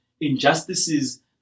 injustices